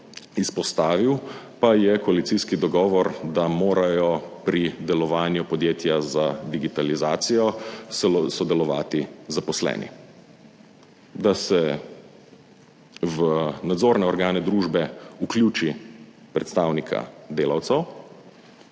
izpostavil, pa je koalicijski dogovor, da morajo pri delovanju podjetja za digitalizacijo sodelovati zaposleni, da se v nadzorne organe družbe vključi predstavnika delavcev